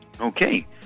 Okay